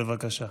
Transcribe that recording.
בבקשה.